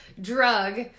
drug